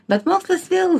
bet mokslas vėl